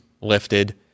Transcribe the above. lifted